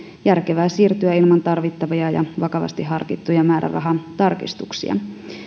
järkevää siirtyä ilman tarvittavia ja vakavasti harkittuja määrärahatarkistuksia